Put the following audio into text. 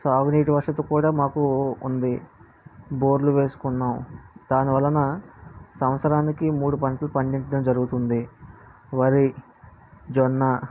సాగునీటి వసతి కూడా మాకు ఉంది బోర్లు వేసుకున్నాం దాని వలన సంవత్సరానికి మూడు పంటలు పండించడం జరుగుతుంది వరి జొన్న